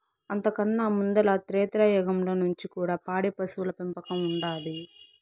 అంతకన్నా ముందల త్రేతాయుగంల నుంచి కూడా పాడి పశువుల పెంపకం ఉండాది